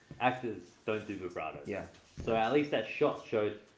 actors, don't do vibrato. yeah. so at least that shot showed.